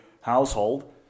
household